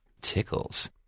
tickles